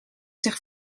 zich